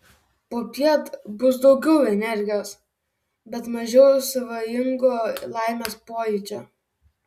popiet bus daugiau energijos bet mažiau svajingo laimės pojūčio